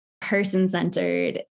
person-centered